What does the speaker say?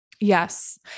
Yes